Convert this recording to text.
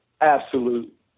absolute